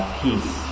peace